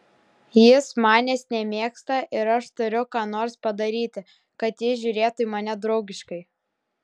jis manęs nemėgsta ir aš turiu ką nors padaryti kad jis žiūrėtų į mane draugiškai